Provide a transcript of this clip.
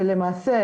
שלמעשה,